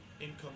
income